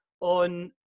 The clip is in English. on